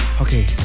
Okay